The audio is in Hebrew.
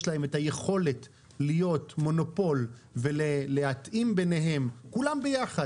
להם את היכולת להיות מונופול ולהתאים ביניהם כולם ביחד,